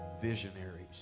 visionaries